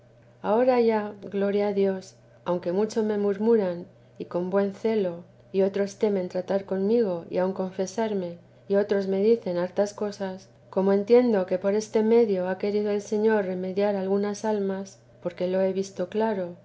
ahora gloria a dios aunque mucho me murmuraban y con buen celo y otros temen tratar conmigo y aun confesarme y otros me dicen hartas cosas como entiendo que por este medio ha querido el señor remediar muchas almas porque lo